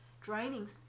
draining